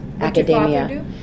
academia